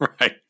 Right